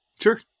Sure